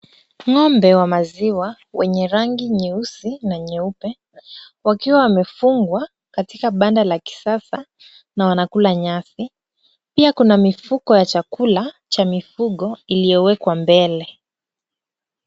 Ng'ombe wa maziwa wenye rangi nyeusi na nyeupe wakiwa wamefungwa katika banda la kisasa na wanakula nyasi. Pia kuna mifuko ya chakula cha mifugo iliyowekwa mbele.